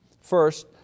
First